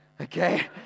Okay